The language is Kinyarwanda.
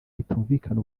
bitumvikana